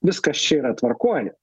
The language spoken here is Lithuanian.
viskas čia yra tvarkoj